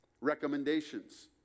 recommendations